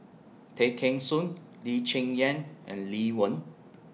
Tay Kheng Soon Lee Cheng Yan and Lee Wen